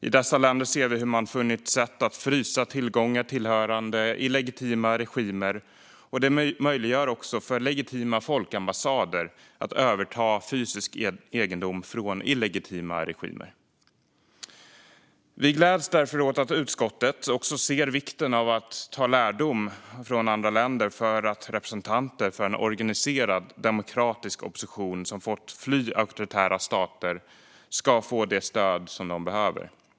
I dessa länder ser vi hur man har funnit sätt att frysa tillgångar tillhörande illegitima regimer, och de möjliggör också för legitima folkambassader att överta fysisk egendom från illegitima regimer. Vi gläds därför åt att utskottet också ser vikten av att dra lärdom från andra länder för att representanter för en organiserad demokratisk opposition som fått fly auktoritära stater ska få det stöd som de behöver.